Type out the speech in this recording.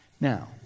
Now